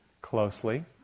closely